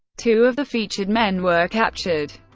two of the featured men were captured.